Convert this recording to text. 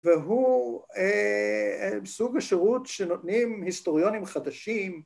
‫והוא סוג השירות ‫שנותנים היסטוריונים חדשים.